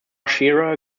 shearer